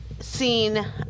seen